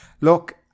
Look